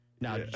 Now